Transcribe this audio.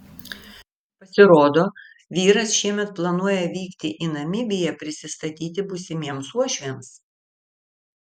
pasirodo vyras šiemet planuoja vykti į namibiją prisistatyti būsimiems uošviams